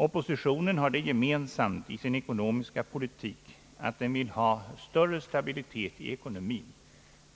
Oppositionen har det gemensamt i sin ekonomiska politik att den vill ha större stabilitet i ekonomin